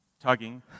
tugging